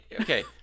Okay